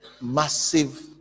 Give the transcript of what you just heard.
massive